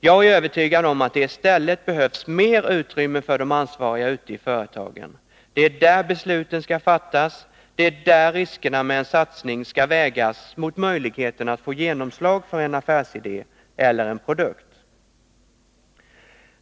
Jag är övertygad om att det i stället behövs mer utrymme för de ansvariga ute i företagen. Det är där besluten skall fattas, det är där riskerna med en satsning skall vägas mot möjligheten av att få genomslag för en affärsidé eller en produkt.